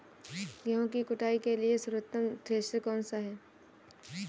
गेहूँ की कुटाई के लिए सर्वोत्तम थ्रेसर कौनसा है?